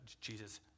Jesus